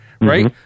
right